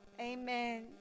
Amen